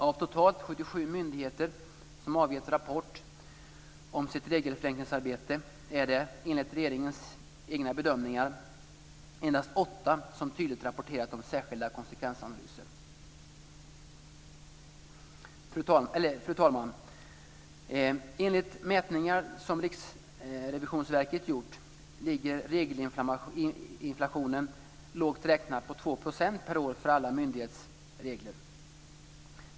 Av totalt 77 myndigheter som avgett rapport om sitt regelförenklingsarbete är det, enligt regeringens egna bedömningar, endast åtta som tydligt rapporterat om särskilda konsekvensanalyser. Fru talman! Enligt mätningar som Riksrevisionsverket gjort ligger regelinflationen lågt räknat på 2 % per år för alla myndighetsregler.